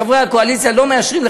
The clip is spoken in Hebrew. לחברי הקואליציה לא מאשרים,